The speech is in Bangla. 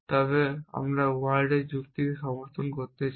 তবে আমরা ওয়ার্ডের যুক্তিকে সমর্থন করতে চাই